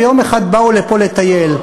ויום אחד באו לפה לטייל.